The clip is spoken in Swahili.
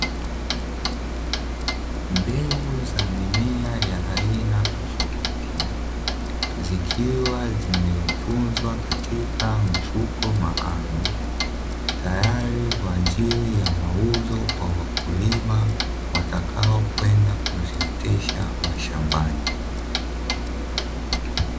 Mbegu za mimea ya aina tofauti, zikiwa zimetunzwa katika mifuko maalumu tayari kwa ajili ya mauzo kwa wakulima watakao kwenda kuziotesha mashambani.